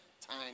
time